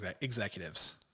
executives